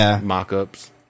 mock-ups